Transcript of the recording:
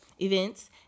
events